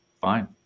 fine